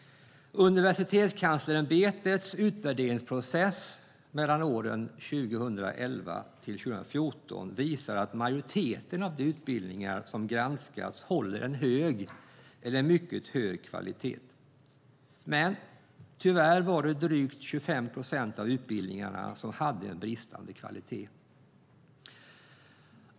Universitetskanslersämbetets utvärderingsprocess mellan åren 2011 och 2014 visar att majoriteten av de utbildningar som granskats håller en hög eller en mycket hög kvalitet. Men tyvärr var det drygt 25 procent av utbildningarna som hade en bristande kvalitet.